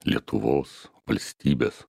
lietuvos valstybės